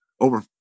over